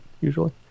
usually